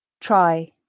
Try